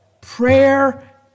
prayer